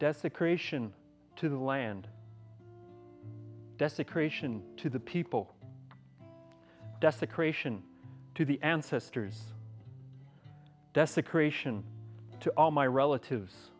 desecration to the land desecration to the people desecration to the ancestors desecration to all my relatives